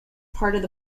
part